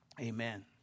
Amen